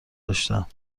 داشتم